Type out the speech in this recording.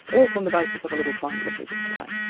all from the basis of a little triangular piece of clay.